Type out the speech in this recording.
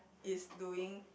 is doing